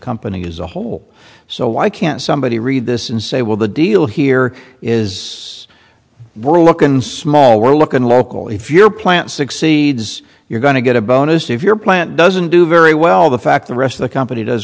company as a whole so why can't somebody read this and say well the deal here is we're looking small we're looking local if your plant succeeds you're going to get a bonus if your plant doesn't do very well the fact the rest of the company does